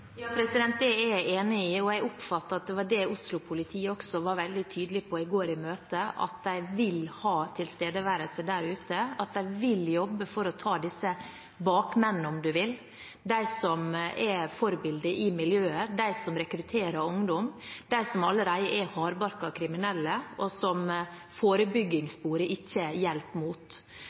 Ja, det er jeg enig i, og jeg oppfattet at det var det Oslo-politiet også var veldig tydelige på i går under møtet, at de vil ha tilstedeværelse der ute, at de vil jobbe for å ta disse bakmennene, om du vil, de som er forbilder i dette miljøet, de som rekrutterer ungdom, de som allerede er hardbarkede kriminelle og som forebyggingssporet ikke hjelper